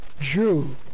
Jew